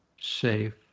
safe